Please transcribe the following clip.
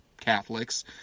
Catholics